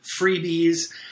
freebies